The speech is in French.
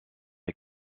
est